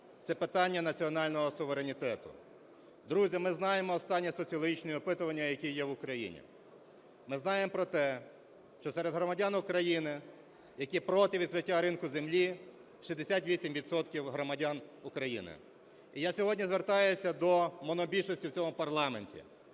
це питання національного суверенітету. Друзі, ми знаємо останні соціологічні опитування, які є в Україні. Ми знаємо про те, що серед громадян України, які проти відкриття ринку землі, 68 відсотків громадян України. І я сьогодні звертаюся до монобільшості в цьому парламенті,